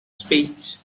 speech